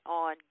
on